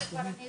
הוא כבר לא